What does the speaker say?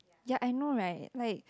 ya I know right like